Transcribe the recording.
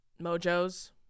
mojo's